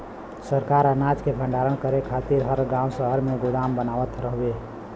सरकार अनाज के भण्डारण करे खातिर हर गांव शहर में गोदाम बनावत हउवे